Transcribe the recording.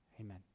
Amen